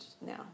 now